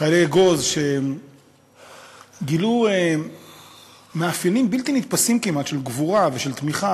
חיילי אגוז גילו מאפיינים בלתי נתפסים כמעט של גבורה ושל תמיכה.